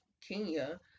Kenya